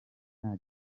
nta